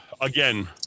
again